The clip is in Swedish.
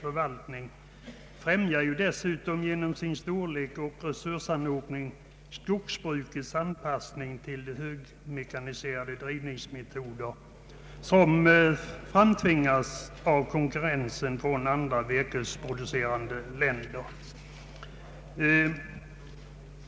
Statens skogsinnehav, varav större delen är koncentrerat till domänverkets förvaltning, främjar dessutom genom sin storlek och resursanhopning skogsbrukets anpassning till de högmekaniserade drivningsmetoder som framtvingats av konkurrensen från andra virkesproducerande länder.